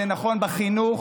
זה נכון בחינוך,